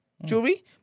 Jewelry